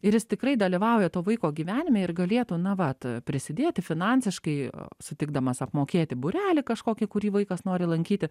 ir jis tikrai dalyvauja to vaiko gyvenime ir galėtų na vat prisidėti finansiškai sutikdamas apmokėti būrelį kažkokį kurį vaikas nori lankyti